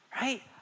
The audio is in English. right